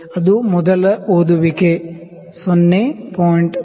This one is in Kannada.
ಅದು ಮೊದಲ ರೀಡಿಂಗ್ 0